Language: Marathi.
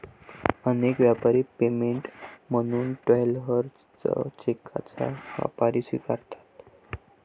अनेक व्यापारी पेमेंट म्हणून ट्रॅव्हलर्स चेकचा वापर स्वीकारतात